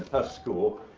ah school.